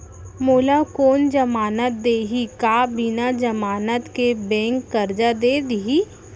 मोला कोन जमानत देहि का बिना जमानत के बैंक करजा दे दिही?